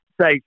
say